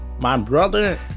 my um brother,